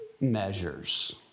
measures